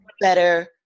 better